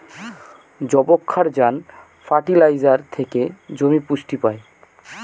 যবক্ষারজান ফার্টিলাইজার থেকে জমি পুষ্টি পায়